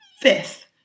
fifth